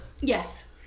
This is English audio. Yes